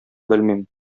белмим